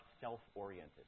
self-oriented